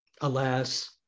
alas